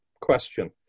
question